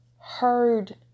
heard